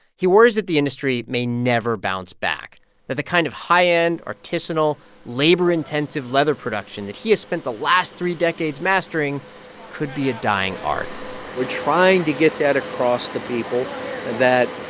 he worries that the industry may never bounce back that the kind of high-end, artisanal, labor-intensive leather production that he has spent the last three decades mastering could be a dying art we're trying to get that across to people that,